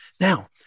Now